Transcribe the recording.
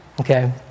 okay